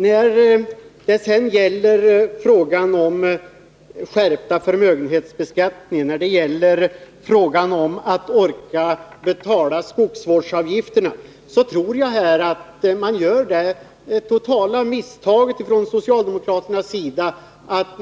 När det gäller frågan om den skärpta förmögenhetsbeskattningen och skogsvårdsavgifterna tror jag socialdemokraterna gör misstaget att